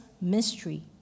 mystery